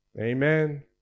Amen